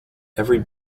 every